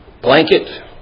blanket